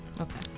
Okay